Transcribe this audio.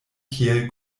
kiel